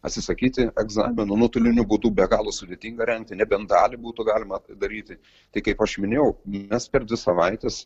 atsisakyti egzaminų nuotoliniu būdu be galo sudėtinga rengti nebent dalį būtų galima daryti tai kaip aš minėjau mes per dvi savaites